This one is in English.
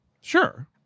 Sure